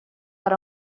per